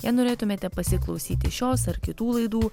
jei norėtumėte pasiklausyti šios ar kitų laidų